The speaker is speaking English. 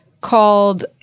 called